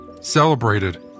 celebrated